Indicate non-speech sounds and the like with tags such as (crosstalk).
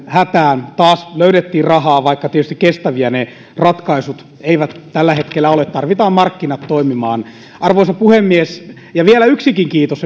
hätään taas löydettiin rahaa vaikka tietysti kestäviä ne ratkaisut eivät tällä hetkellä ole tarvitaan markkinat toimimaan arvoisa puhemies vielä yksi kiitos (unintelligible)